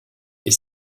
est